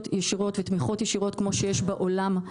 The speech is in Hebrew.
ישירות ותמיכות ישירות כמו ששיש בעולם.